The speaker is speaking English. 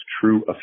true